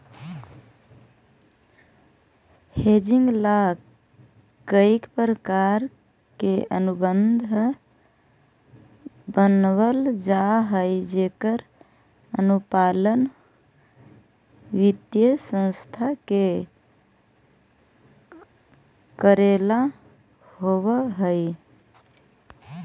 hedging ला कईक प्रकार के अनुबंध बनवल जा हई जेकर अनुपालन वित्तीय संस्था के कऽरेला होवऽ हई